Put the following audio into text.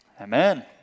amen